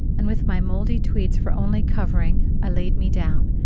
and with my moldy tweeds for only covering i laid me down,